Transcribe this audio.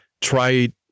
try